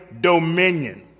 dominion